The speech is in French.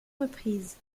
reprises